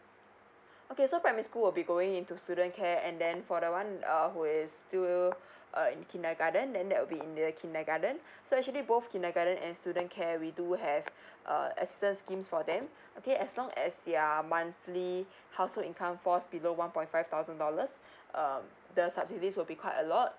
okay so primary school will be going into student care and then for the one uh who is still uh in kindergarten then that will be in the kindergarten so actually both kindergarten and student care we do have uh assistance schemes for them okay as long as their monthly household income falls below one point five thousand dollars um the subsidies will be quite a lot